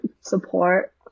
support